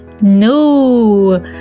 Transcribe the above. No